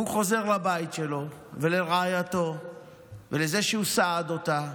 והוא חוזר לבית שלו ולרעייתו ולזה שהוא סעד אותה